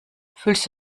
fühlst